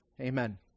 amen